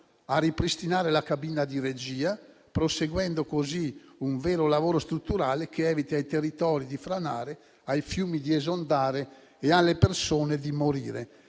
a ripristinare la cabina di regia, proseguendo così un vero lavoro strutturale che eviti ai territori di franare, ai fiumi di esondare e alle persone di morire.